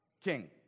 king